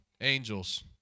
Angels